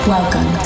Welcome